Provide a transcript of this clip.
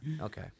Okay